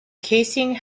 casing